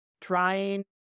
trying